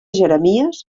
jeremies